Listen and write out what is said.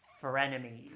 Frenemies